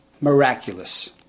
miraculous